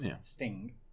sting